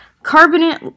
Carbonate